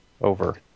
over